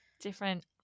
different